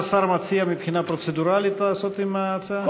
מה השר מציע מבחינה פרוצדורלית לעשות עם ההצעה?